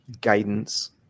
guidance